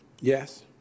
Yes